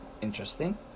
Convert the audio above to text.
interesting